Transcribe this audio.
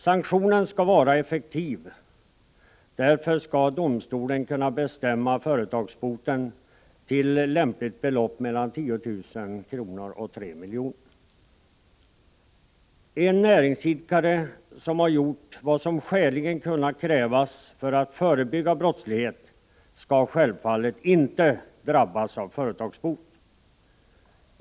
Sanktionen skall vara effektiv: därför skall domstolen kunna bestämma företagsboten till lämpligt belopp mellan 10 000 och 3 milj.kr. En näringsidkare som har gjort vad som skäligen kunnat krävas för att förebygga brottsligheten skall självfallet inte drabbas av företagsbot.